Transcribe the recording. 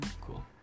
cool